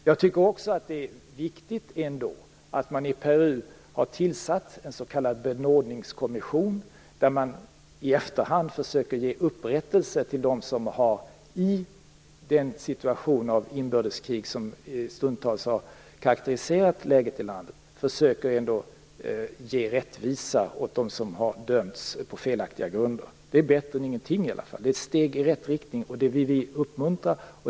Jag tycker också att det ändå är viktigt att man i Peru har tillsatt en s.k. benådningskommission där man i efterhand, i den situation av inbördeskrig som stundtals har karakteriserat läget i landet, ändå försöker ge upprättelse och rättvisa åt dem som har dömts på felaktiga grunder. Det är bättre än ingenting. Det är ett steg i rätt riktning, och det vill vi uppmuntra.